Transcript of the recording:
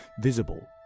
visible